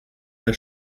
der